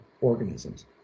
organisms